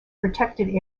protected